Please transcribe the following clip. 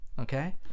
okay